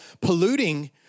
polluting